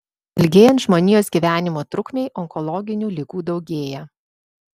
ilgėjant žmonijos gyvenimo trukmei onkologinių ligų daugėja